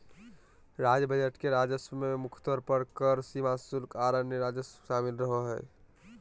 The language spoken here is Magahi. राज्य बजट के राजस्व में मुख्य तौर पर कर, सीमा शुल्क, आर अन्य राजस्व शामिल रहो हय